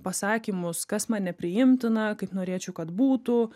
pasakymus kas man nepriimtina kaip norėčiau kad būtų